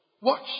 watch